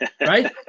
Right